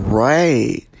Right